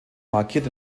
markiert